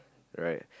right